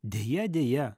deja deja